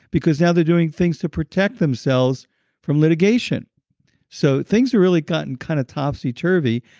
because now they're doing things to protect themselves from litigation so, things really gotten kind of topsy turvy,